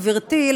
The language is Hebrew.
גברתי,